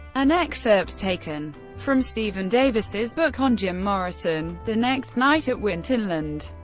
an excerpt taken from stephen davis' book on jim morrison the next night at winterland,